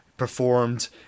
performed